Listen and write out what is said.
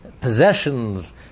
possessions